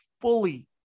fully